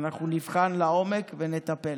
ואנחנו נבחן לעומק ונטפל.